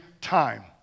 time